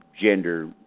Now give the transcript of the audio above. gender